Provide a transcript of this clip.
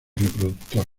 reproductor